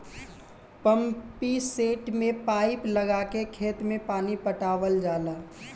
pumpset में pipe लगा के खेत में पानी पटावल जाला